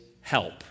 help